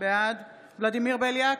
בעד ולדימיר בליאק,